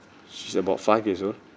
she's about five years old